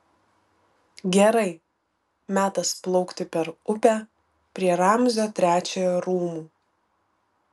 gerai metas plaukti per upę prie ramzio trečiojo rūmų